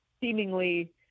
seemingly